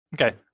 Okay